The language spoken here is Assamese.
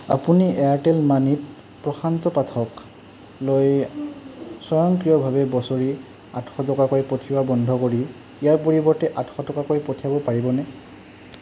আপুনি এয়াৰটেল মানিত প্ৰশান্ত পাঠক লৈ স্বয়ংক্ৰিয়ভাৱে বছৰি আঠশ টকাকৈ পঠিওৱা বন্ধ কৰি ইয়াৰ পৰিৱৰ্তে আঠশ টকাকৈ পঠিয়াব পাৰিবনে